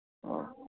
ꯑꯥ